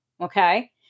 okay